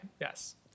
Yes